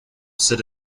sit